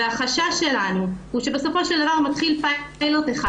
והחשש שלנו הוא שבסופו של דבר מתחיל פיילוט אחד